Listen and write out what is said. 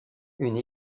une